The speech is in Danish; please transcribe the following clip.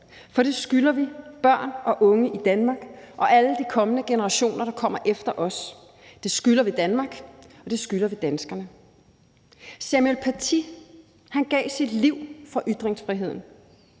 for det skylder vi børn og unge i Danmark og alle de generationer, der kommer efter os. Det skylder vi Danmark, og det skylder vi danskerne. Samuel Paty gav sit liv for ytringsfriheden.